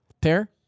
Pair